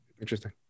Interesting